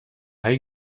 hai